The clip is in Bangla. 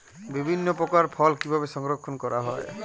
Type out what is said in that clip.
বিভিন্ন প্রকার ফল কিভাবে সংরক্ষণ করা হয়?